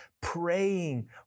praying